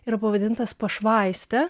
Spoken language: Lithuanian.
yra pavadintas pašvaiste